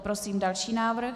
Prosím další návrh.